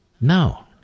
No